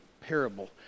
parable